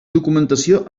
documentació